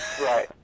right